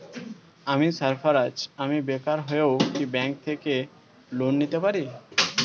আমি সার্ফারাজ, আমি বেকার হয়েও কি ব্যঙ্ক থেকে লোন নিতে পারি?